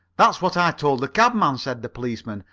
that's what i told the cabman, said the policeman.